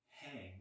hang